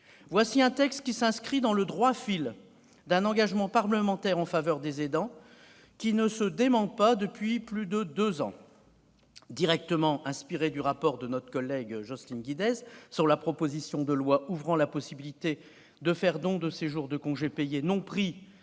Voilà un texte qui s'inscrit dans le droit fil d'un engagement parlementaire en faveur des aidants qui ne se dément pas depuis plus de deux ans. Directement inspiré du rapport de notre collègue Jocelyne Guidez sur la proposition de loi ouvrant la possibilité de faire don de jours de repos non pris